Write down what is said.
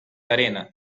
arena